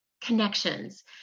connections